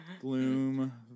gloom